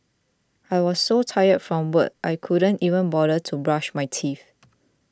I was so tired from work I couldn't even bother to brush my teeth